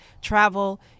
travel